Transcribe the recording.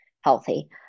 healthy